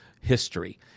history